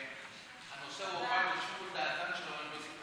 שהנושא הועבר לשיקול דעתן של האוניברסיטאות,